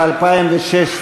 ל-2016,